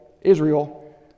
Israel